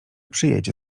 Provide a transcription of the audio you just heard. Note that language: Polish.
przyjdzie